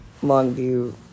Longview